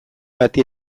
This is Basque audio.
bati